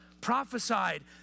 prophesied